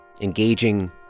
Engaging